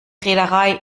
reederei